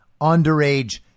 underage